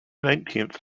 nineteenth